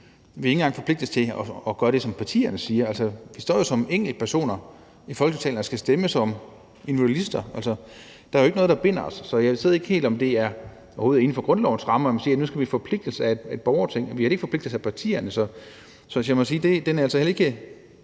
Vi er ikke engang forpligtet til at gøre det, som partierne siger. Altså, vi står jo som enkeltpersoner i Folketingssalen og skal stemme som individualister. Der er jo ikke noget, der binder os, så jeg ved ikke helt, om det overhovedet er inden for grundlovens rammer at sige, at nu skal vi forpligtes af et borgerting. Vi er ikke forpligtet af partierne, så hvis jeg må sige det, er jeg altså heller ikke